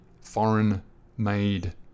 foreign-made